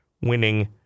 winning